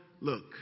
Look